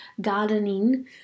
gardening